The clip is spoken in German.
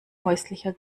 häuslicher